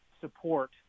support –